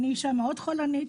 אני אישה מאוד חולנית,